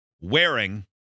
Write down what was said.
wearing